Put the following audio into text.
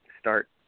start